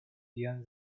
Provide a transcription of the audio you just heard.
beyond